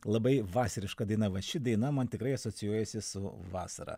labai vasariška daina va ši daina man tikrai asocijuojasi su vasara